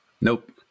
nope